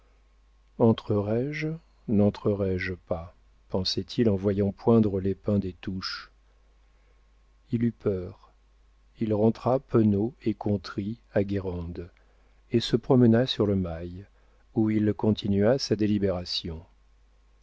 passa entrerai je nentrerai je pas pensait-il en voyant poindre les pins des touches il eut peur il rentra penaud et contrit à guérande et se promena sur le mail où il continua sa délibération